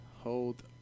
Hold